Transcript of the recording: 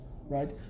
Right